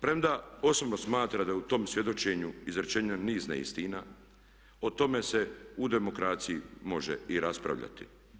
Premda osobno smatram da je u tom svjedočenju izrečeno niz neistina, o tome se u demokraciji može i raspravljati.